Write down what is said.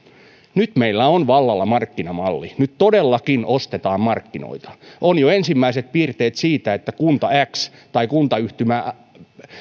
nyt meillä on vallalla markkinamalli nyt todellakin ostetaan markkinoita on jo ensimmäisiä piirteitä siitä että kunta x tai kuntayhtymä